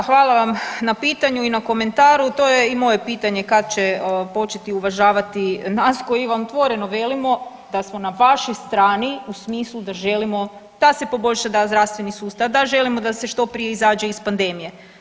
Da hvala vam na pitanju i na komentaru, to je i moje pitanje kad će početi uvažavati nas koji vam otvoreno velimo da smo na vašoj strani u smislu da želimo da se poboljša da zdravstveni sustav, da želimo da se što prije izađe iz pandemije.